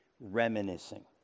reminiscing